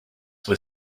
were